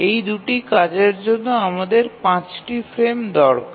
এই ২টি কাজের জন্য আমাদের পাঁচটি ফ্রেম দরকার